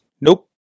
Nope